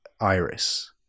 iris